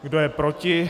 Kdo je proti?